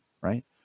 right